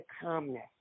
calmness